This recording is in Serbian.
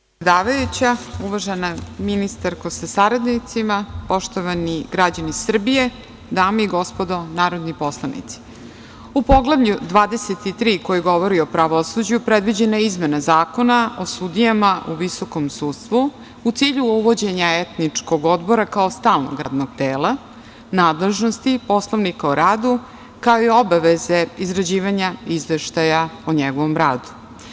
Uvažena predsedavajuća, uvažena ministarka sa saradnicima, poštovani građani Srbije, dame i gospodo narodni poslanici, u Poglavlju 23. koje se odnosi na pravosuđe, predviđena je izmena Zakona o sudijama u Visokom sudstvu, u cilju uvođenja etničkog odbora kao stalnog radnog tela, nadležnosti Poslovnika o radu, kao i obaveze izrađivanja izveštaja o njegovom radu.